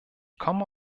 komme